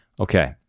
Okay